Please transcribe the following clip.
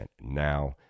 Now